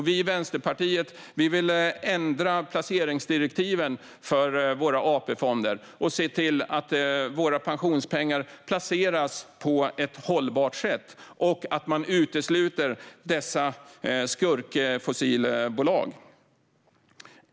Vi i Vänsterpartiet vill ändra placeringsdirektiven för våra AP-fonder för att se till att våra pensionspengar placeras på ett hållbart sätt och att man utesluter dessa skurkfossilbolag.